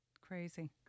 Crazy